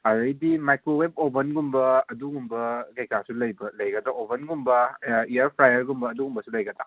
ꯑꯗꯨꯗꯒꯤꯗꯤ ꯃꯥꯏꯀ꯭ꯔꯣꯋꯦꯞ ꯑꯣꯕꯟꯒꯨꯝꯕ ꯑꯗꯨꯒꯨꯝꯕ ꯀꯔꯤ ꯀꯔꯥꯁꯨ ꯂꯩꯕ ꯂꯩꯒꯗꯧꯕ ꯑꯣꯕꯟꯒꯨꯝꯕ ꯏꯌꯔ ꯐ꯭ꯔꯥꯏꯌꯔꯒꯨꯝꯕ ꯑꯗꯨꯒꯨꯝꯕꯁꯨ ꯂꯩꯒꯗ꯭ꯔꯥ